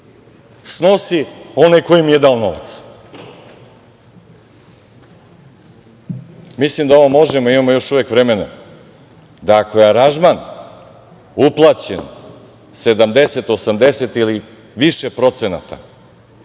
snosi onaj ko im je dao novac. Mislim da ovo možemo, imamo još uvek vremena da ako je aranžman uplaćen 70, 80 ili više procenata